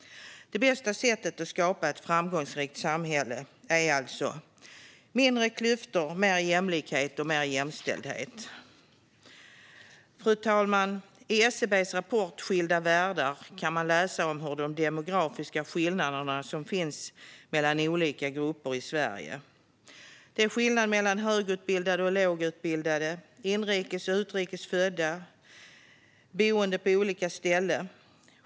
Det bästa sättet att skapa ett framgångsrikt samhälle är alltså mindre klyftor, mer jämlikhet och mer jämställdhet. Fru talman! I SCB:s rapport Skilda världar? kan man läsa om de demografiska skillnader som finns mellan olika grupper i Sverige. Det är skillnad mellan högutbildade och lågutbildade, mellan inrikes och utrikes födda och mellan boende på olika ställen.